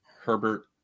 Herbert